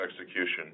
execution